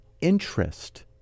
interest